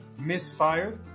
misfired